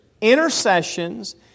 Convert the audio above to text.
intercessions